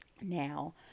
Now